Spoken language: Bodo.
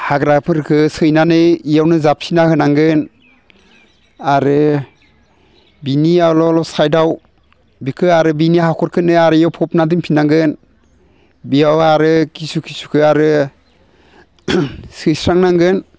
हाग्राफोरखौ सैनानै बेयावनो जाबफिनना होनांगोन आरो बेनियावल' सायडआव बेखौ आरो बिनि हाखरखौनो आरो बेयाव फबना दोनफिन नांगोन बेयाव आरो खिसु खिसुखौ आरो सैस्रांनांगोन